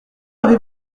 avez